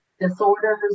disorders